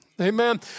Amen